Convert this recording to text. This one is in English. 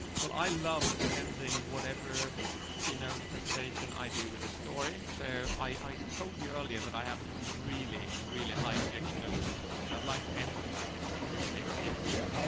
but i love ending whatever keynote presentation i do with a story. so i, i told you earlier that i have this really, really high injection, dope open stories. i'd like to end with that, if that's okay with you. yeah